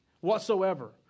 whatsoever